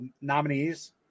nominees